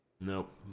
Nope